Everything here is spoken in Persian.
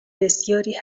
بسیاری